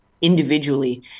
individually